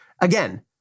Again